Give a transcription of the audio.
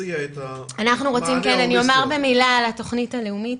אומר במילה על התוכנית הלאומית.